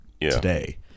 today